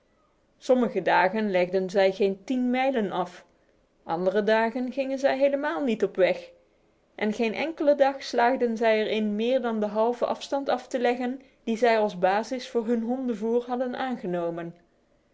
sommige dagen legden zij geen tien mijlen af andere dagen gingen zij helemaal niet op weg en geen enkele dag slaagden zij er in meer dan de halve afstand af te leggen die zij als basis voor hun hondenvoer hadden genomen